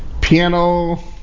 Piano